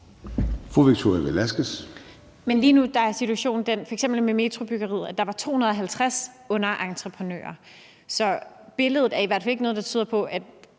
Victoria Velasquez (EL): Men lige nu er situationen den, f.eks. med metrobyggeriet, at der var 250 underentreprenører. Så i det billede er der i hvert fald ikke noget, der tyder på, at